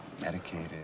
medicated